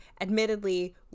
admittedly